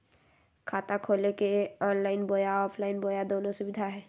खाता खोले के ऑनलाइन बोया ऑफलाइन बोया दोनो सुविधा है?